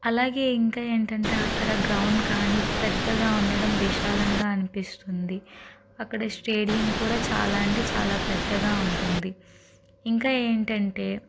అలాగే ఇంకా ఏంటంటే అక్కడ గ్రౌండ్ కానీ పెద్దగా ఉండడం విశాలంగా అనిపిస్తుంది అక్కడ స్టేడియం కూడా చాలా అంటే చాలా పెద్దగా ఉంటుంది ఇంకా ఏంటంటే